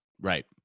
right